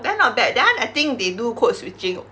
then not bad that [one] I think they do code switching oh